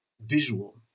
visual